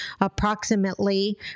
approximately